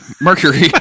mercury